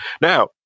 now